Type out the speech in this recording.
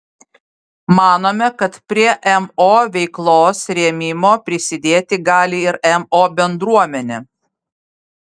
manome kad prie mo veiklos rėmimo prisidėti gali ir mo bendruomenė